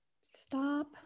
stop